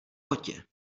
kotě